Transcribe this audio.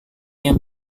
yang